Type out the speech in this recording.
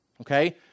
okay